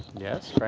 yes?